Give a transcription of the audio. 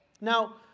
Now